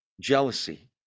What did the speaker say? jealousy